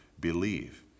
believe